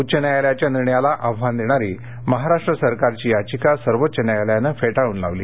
उच्च न्यायालयाच्या निर्णयाला आव्हान देणारी महाराष्ट्र सरकारची याचिका सर्वोच्च न्यायालयानं फेटाळून लावली